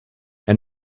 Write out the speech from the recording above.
and